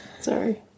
Sorry